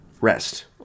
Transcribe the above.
rest